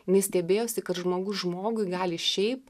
jinai stebėjosi kad žmogus žmogui gali šiaip